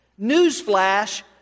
Newsflash